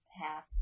half